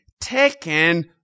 taken